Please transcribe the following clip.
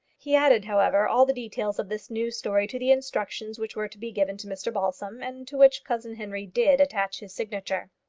he added, however, all the details of this new story to the instructions which were to be given to mr balsam, and to which cousin henry did attach his signature.